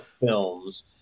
films